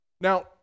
Now